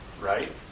right